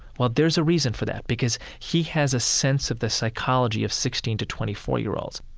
well, there's a reason for that because he has a sense of the psychology of sixteen to twenty four year olds.